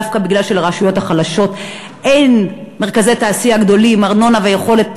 דווקא בגלל שלרשויות החלשות אין מרכזי תעשייה גדולים ויכולת